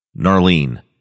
Narlene